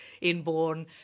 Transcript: inborn